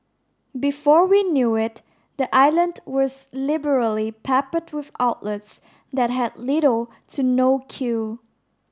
before we knew it the island was liberally peppered with outlets that had little to no queue